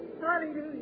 Hallelujah